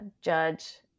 judge